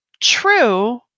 True